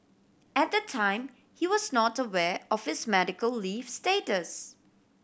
at the time he was not aware of his medical leave status